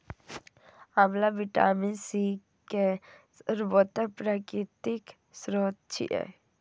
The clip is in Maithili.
आंवला विटामिन सी के सर्वोत्तम प्राकृतिक स्रोत छियै